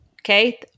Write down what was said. Okay